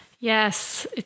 Yes